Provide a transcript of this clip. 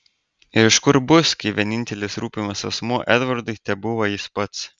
ir iš kur bus kai vienintelis rūpimas asmuo edvardui tebuvo jis pats